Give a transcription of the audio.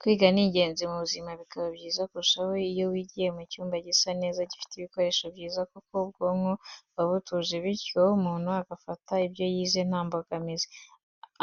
Kwiga ni ingenzi mu buzima, bikaba byiza kurushaho iyo wigiye mu cyumba gisa neza, gifite ibikoresho byiza kuko ubwonko buba butuje bityo umuntu agafata ibyo yize nta mbogamizi.